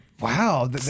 Wow